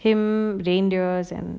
him and